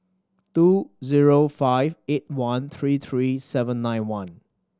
two zero five eight one three three seven nine one